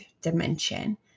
dimension